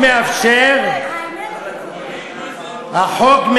האמת, אתה צודק.